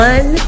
One